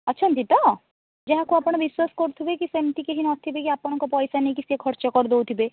ଅଛନ୍ତି ତ ଯାହାକୁ ଆପଣ ବିଶ୍ୱାସ କରୁଥିବେ କି ସେମିତି କେହି ନଥିବେ କି ଆପଣଙ୍କ ପଇସା ନେଇକି ଖର୍ଚ୍ଚ କରିଦେଉ ଥିବେ